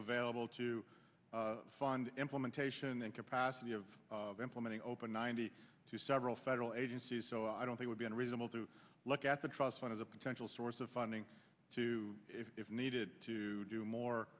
available to fund implementation and capacity of implementing open ninety two several federal agencies so i don't think would be unreasonable to look at the trust fund is a potential source of funding to if needed to do more